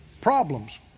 problems